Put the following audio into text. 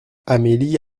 amélie